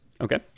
Okay